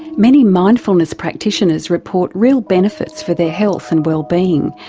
many mindfulness practitioners report real benefits for their health and wellbeing,